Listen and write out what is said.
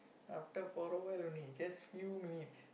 after for a while only just few minutes